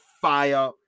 fire